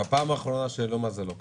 בפעם האחרונה שהעלו, זה לא קרה.